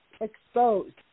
Exposed